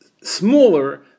smaller